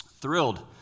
Thrilled